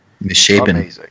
Misshapen